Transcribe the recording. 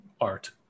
art